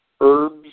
herbs